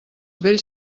vells